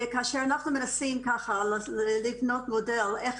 וכאשר אנחנו מנסים ככה לבנות מודל איך